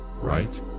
right